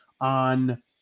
on